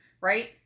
right